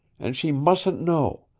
and she mustn't know.